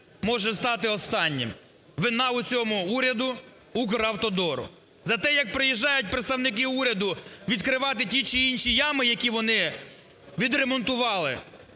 може стати останнім. Вина у цьому уряду, "Укравтодору". Зате, як приїжджають представники уряду відкривати ті чи інші ями, які вони відремонтували,